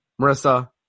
Marissa